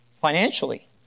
financially